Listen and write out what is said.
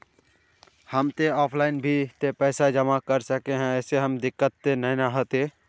हम ते ऑफलाइन भी ते पैसा जमा कर सके है ऐमे कुछ दिक्कत ते नय न होते?